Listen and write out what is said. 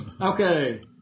Okay